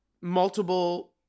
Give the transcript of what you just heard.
multiple